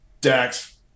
Dax